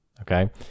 Okay